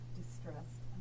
distressed